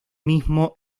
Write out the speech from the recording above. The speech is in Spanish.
mismo